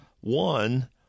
One